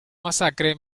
masacre